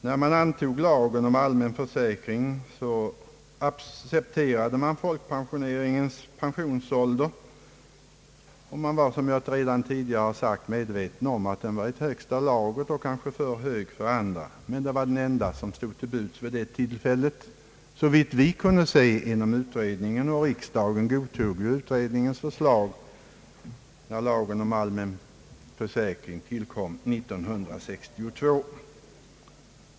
När lagen om allmän försäkring antogs accepterade man folkpensioneringens pensionsålder. Man var, som jag redan tidigare sagt, medveten om att den kanske var i högsta laget, men det var den enda som stod till buds vid det tillfället. I varje fall var det så för oss som arbetade inom utredningen om en allmän försäkring, som tillkom år 1962, och riksdagen godtog ju också utredningens förslag.